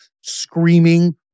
screaming